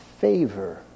favor